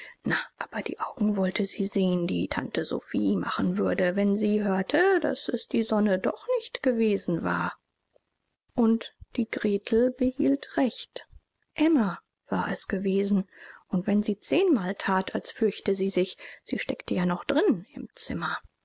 aber die augen wollte sie sehen die tante sophie machen würde wenn sie hörte daß es die sonne doch nicht gewesen war und die gretel behielt recht emma war es gewesen und wenn sie zehnmal that als fürchte sie sich sie steckte ja noch drin im zimmer